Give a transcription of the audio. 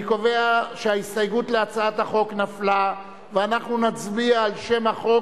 אני קובע שההסתייגות להצעת החוק נפלה ואנחנו נצביע על שם החוק,